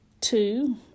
Two